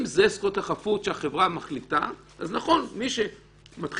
אם זאת זכות החפות שהחברה מחליטה אז מי שמתחיל